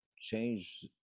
change